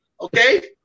okay